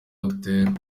igenamigambi